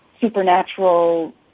supernatural